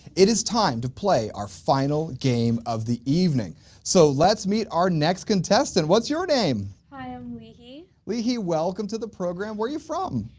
it is time to play our final game of the evening so let's meet our next contestant. what's your name? hi, i'm leehee. leehee, welcome to the program! where are you from?